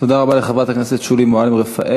תודה רבה לחברת הכנסת שולי מועלם-רפאלי.